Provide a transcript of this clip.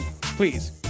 please